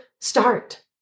start